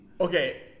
Okay